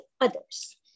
others